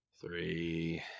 three